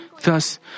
Thus